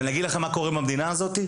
אגיד לכם מה קורה עם המדינה הזאת?